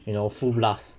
you know full blast